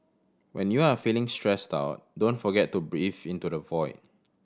when you are feeling stressed out don't forget to breathe into the void